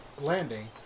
landing